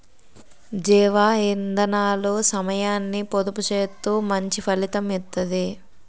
జీవ ఇందనాలు సమయాన్ని పొదుపు సేత్తూ మంచి ఫలితం ఇత్తది